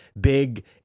big